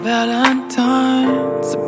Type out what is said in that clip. Valentine's